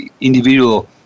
individual